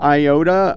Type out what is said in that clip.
iota